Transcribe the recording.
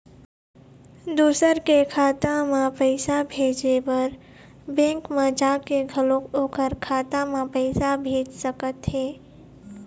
दूसर के खाता म पइसा भेजे बर बेंक म जाके घलोक ओखर खाता म पइसा भेज सकत हे